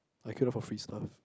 I queue up for free stuff